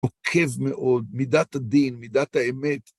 נוקב מאוד, מידת הדין, מידת האמת.